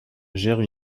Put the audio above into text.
gère